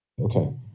okay